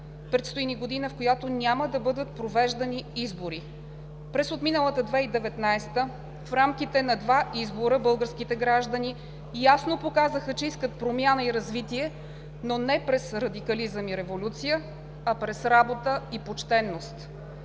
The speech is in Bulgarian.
Предстои ни година, в която няма да бъдат провеждани избори. През отминалата 2019 г., в рамките на два избора, българските граждани ясно показаха, че искат промяна и развитие, но не през радикализъм и революция, а през работа и почтеност.